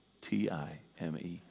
T-I-M-E